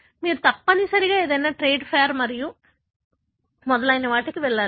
మీరు తప్పనిసరిగా ఏదైనా ట్రేడ్ ఫెయిర్ మరియు మొదలైన వాటికి వెళ్లాలి